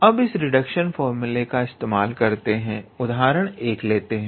अब इस reduction formula का इस्तेमाल करते हैं उदाहरण 1 लेते हैं